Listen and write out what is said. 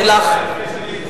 אני אומר לך,